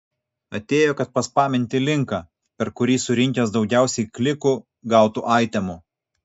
atėjo kad paspaminti linką per kurį surinkęs daugiausiai klikų gautų aitemų